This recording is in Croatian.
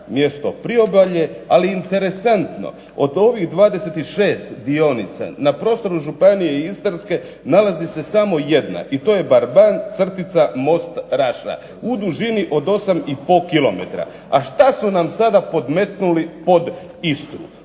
mjesto Priobalje, ali interesantno od ovih 26 dionica na prostoru županije istarske nalazi se samo 1 i to je Barban-Most Raša u dužini od 8,5 kilometra. A što su nam sada podmetnuli pod Istru.